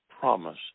promise